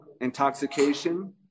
intoxication